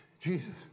jesus